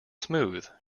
smooth